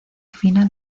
fina